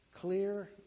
clear